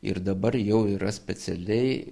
ir dabar jau yra specialiai